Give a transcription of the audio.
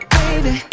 baby